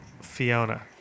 Fiona